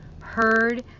heard